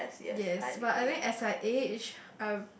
yes but I think as I age I'm